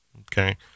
Okay